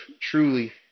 truly